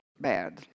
bad